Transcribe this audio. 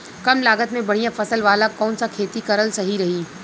कमलागत मे बढ़िया फसल वाला कौन सा खेती करल सही रही?